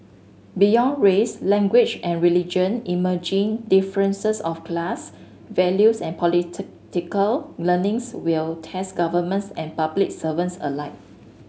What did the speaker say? beyond race language and religion emerging differences of class values and political leanings will test governments and public servants alike